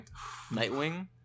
Nightwing